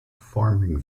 farming